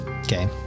Okay